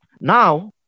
Now